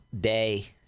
day